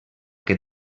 que